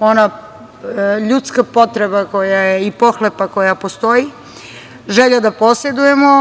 naša ljudska potreba i pohlepa koja postoji, želja da posedujemo,